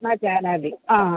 न जानाति आ